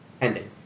ending